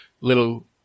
little